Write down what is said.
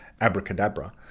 abracadabra